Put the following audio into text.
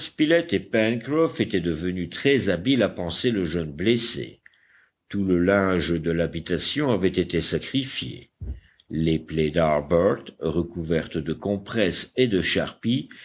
étaient devenus très habiles à panser le jeune blessé tout le linge de l'habitation avait été sacrifié les plaies d'harbert recouvertes de compresses et de charpie